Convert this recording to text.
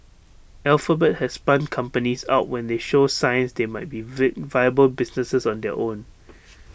alphabet has spun companies out when they show signs they might be V viable businesses on their own